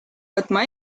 võtma